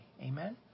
Amen